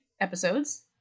episodes